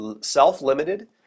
self-limited